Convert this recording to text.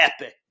epic